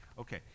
Okay